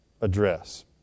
address